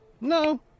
No